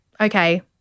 okay